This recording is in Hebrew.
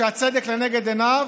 שהצדק לנגד עיניו